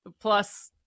plus